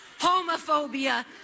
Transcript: homophobia